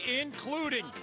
including